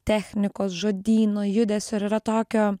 technikos žodyno judesio ir yra tokio